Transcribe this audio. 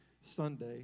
Sunday